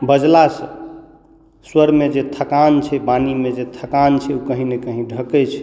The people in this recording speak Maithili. बजलासँ स्वरमे जे थकान छै वाणीमे जे थकान छै ओ कहीँ ने कहीँ ढकैत छै